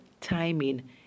timing